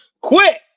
Quit